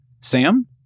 Sam